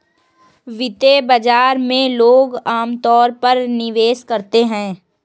वित्तीय बाजार में लोग अमतौर पर निवेश करते हैं